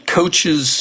coaches